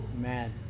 Man